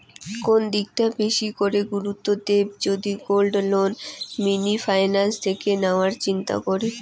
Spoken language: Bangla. কোন দিকটা বেশি করে গুরুত্ব দেব যদি গোল্ড লোন মিনি ফাইন্যান্স থেকে নেওয়ার চিন্তা করি?